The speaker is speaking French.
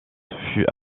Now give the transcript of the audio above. fut